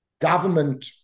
government